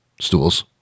stools